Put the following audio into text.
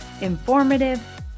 informative